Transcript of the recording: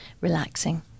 relaxing